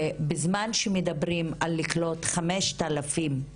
ובזמן שמדברים על לקלוט 5,000 איש